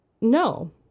No